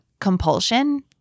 compulsion